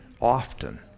often